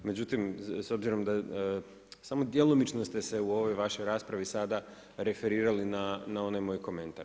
Međutim, s obzirom da samo djelomično ste se u ovoj vašoj raspravi sada referirali na onaj moj komentar.